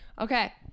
Okay